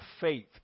faith